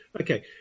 Okay